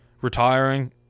retiring